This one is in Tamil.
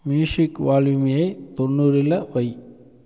மியூஸிக் வால்யூமை தொண்ணூறுல வை